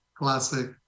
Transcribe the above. classic